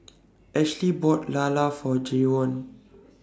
Ashlee bought Lala For Jayvon